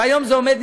והיום זה עומד,